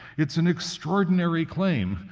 it's an extraordinary claim,